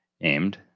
aimed